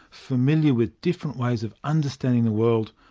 familiar with different ways of understanding the world,